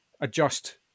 adjust